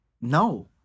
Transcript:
No